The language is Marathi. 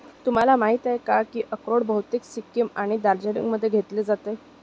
तुम्हाला माहिती आहेच की अक्रोड बहुतेक सिक्कीम आणि दार्जिलिंगमध्ये घेतले जाते